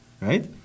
right